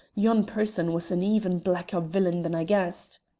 yon person was an even blacker villain than i guessed.